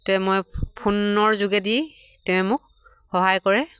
তে মই ফোনৰ যোগেদি তেওঁ মোক সহায় কৰে